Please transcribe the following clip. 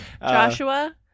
Joshua